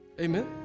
amen